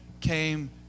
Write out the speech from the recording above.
came